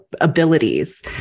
abilities